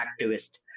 activist